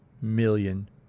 million